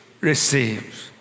receives